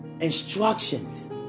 instructions